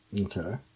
Okay